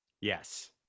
Yes